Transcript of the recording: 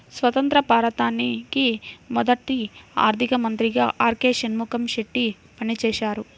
స్వతంత్య్ర భారతానికి మొదటి ఆర్థిక మంత్రిగా ఆర్.కె షణ్ముగం చెట్టి పనిచేసారు